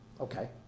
okay